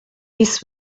this